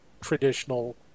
traditional